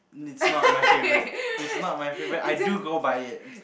it's not my favorite it's not my favorite I do go by it